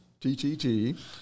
TTT